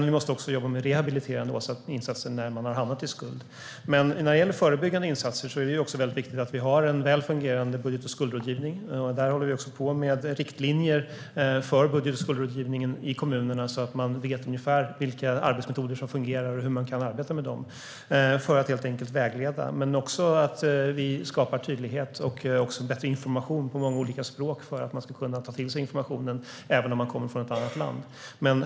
Vi måste också jobba med rehabiliterande insatser när man har hamnat i skuld. Vad gäller förebyggande insatser är det viktigt att vi har en väl fungerande budget och skuldrådgivning. Vi håller på med riktlinjer för budget och skuldrådgivningen i kommunerna så att de vet ungefär vilka arbetsmetoder som fungerar och hur de kan arbeta med dem för att vägleda. Det handlar också om att skapa tydlighet och ge bättre information på många olika språk så att man kan ta till sig informationen även om man kommer från ett annat land.